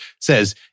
says